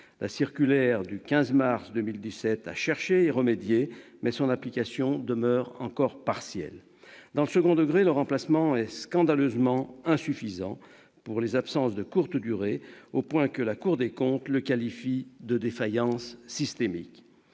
La circulaire du 15 mars 2017 visait à y remédier, mais son application demeure partielle. Dans le second degré, le remplacement est scandaleusement insuffisant pour les absences de courte durée, au point que la Cour des comptes le qualifie de « défaillance systémique